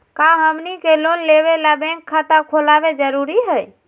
का हमनी के लोन लेबे ला बैंक खाता खोलबे जरुरी हई?